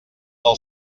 del